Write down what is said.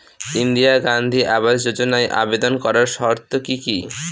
ইন্দিরা গান্ধী আবাস যোজনায় আবেদন করার শর্ত কি কি?